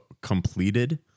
completed